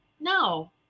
no